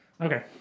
Okay